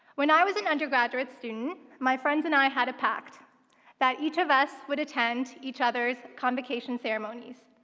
when i was an undergraduate student, my friends and i had a pact that each of us would attend each other's convocation ceremonies.